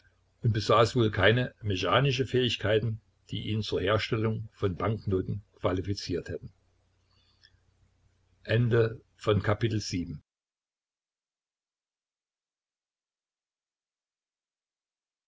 und besaß wohl keine mechanische fähigkeiten die ihn zur herstellung von banknoten qualifiziert hätten